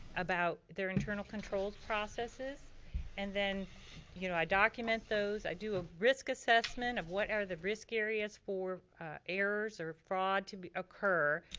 about the internal controls processes and then you know i document those, i do a risk assessment of what are the risk areas for errors or fraud to occur,